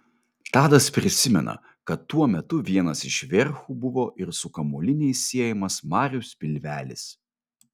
tadas prisimena kad tuo metu vienas iš verchų buvo ir su kamuoliniais siejamas marius pilvelis